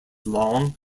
long